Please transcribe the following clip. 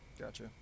gotcha